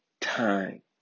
Time